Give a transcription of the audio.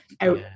out